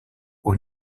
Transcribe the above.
haut